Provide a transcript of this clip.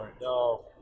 No